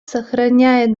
сохраняет